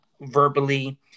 verbally